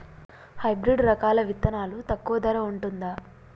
Hybrid రకాల విత్తనాలు తక్కువ ధర ఉంటుందా?